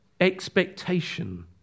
Expectation